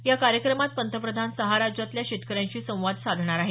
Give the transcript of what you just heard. या कार्यक्रमात पंतप्रधान सहा राज्यातल्या शेतकऱ्यांशी संवाद साधणार आहेत